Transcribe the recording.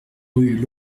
rue